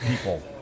people